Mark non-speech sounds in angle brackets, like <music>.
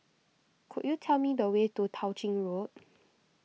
could you tell me the way to Tao Ching Road <noise>